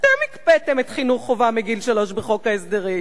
אתם אלה שהקפאתם את חינוך חובה מגיל שלוש בחוק ההסדרים.